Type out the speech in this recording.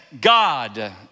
God